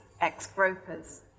ex-gropers